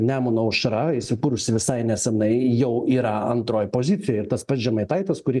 nemuno aušra įsikūrusi visai nesenai jau yra antroj pozicijoj ir tas pats žemaitaitis kurį